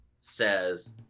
says